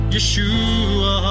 Yeshua